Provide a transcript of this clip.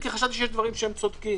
כי חשבתי שיש דברים שהם צודקים,